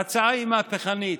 ההצעה מהפכנית.